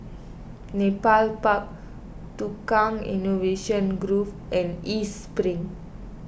Nepal Park Tukang Innovation Grove and East Spring